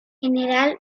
general